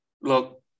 Look